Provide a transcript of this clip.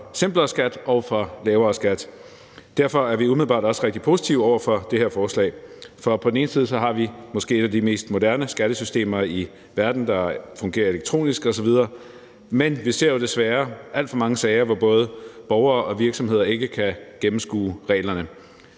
simplere skat og for lavere skat. Derfor er vi også umiddelbart rigtig positive over for det her forslag. På den ene side har vi et af de måske mest moderne skattesystemer i verden, der fungerer elektronisk osv., men vi ser desværre alt for mange sager, hvor både borgere og virksomheder ikke kan gennemskue reglerne.